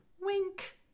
Wink